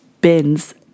bins